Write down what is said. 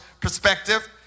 perspective